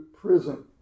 prison